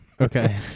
okay